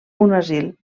asil